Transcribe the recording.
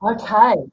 Okay